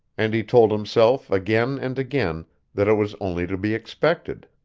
and he told himself, again and again, that it was only to be expected.